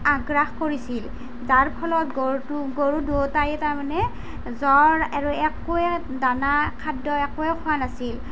আগ্ৰাস কৰিছিল তাৰফলত গৰুটো গৰু দুয়োটাই তাৰমানে জ্বৰ আৰু একোৱেই দানা খাদ্য একোৱেই খোৱা নাছিল